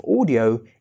audio